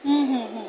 ହୁଁ ହୁଁ ହୁଁ